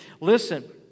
listen